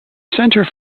centre